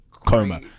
Coma